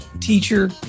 Teacher